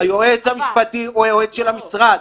היועץ המשפטי הוא היועץ של המשרד.